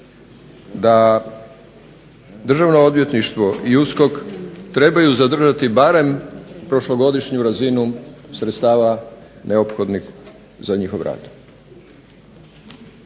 da Državno odvjetništvo i USKOK trebaju zadržati barem prošlogodišnju razinu sredstava neophodnih za njihov rad.